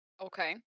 Okay